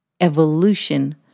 evolution